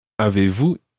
Avez-vous